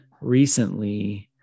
recently